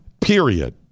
period